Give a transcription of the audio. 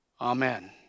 Amen